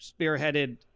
spearheaded